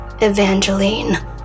Evangeline